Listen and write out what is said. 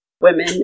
women